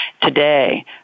today